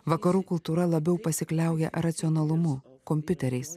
vakarų kultūra labiau pasikliauja racionalumu kompiuteriais